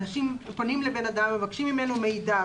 הטענה היא שאנשים פונים לאדם ומבקשים ממנו מידע,